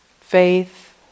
faith